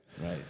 right